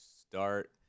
start